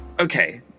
okay